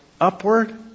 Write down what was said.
upward